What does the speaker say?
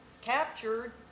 captured